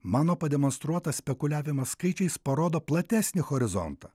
mano pademonstruotas spekuliavimas skaičiais parodo platesnį horizontą